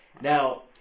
Now